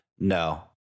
No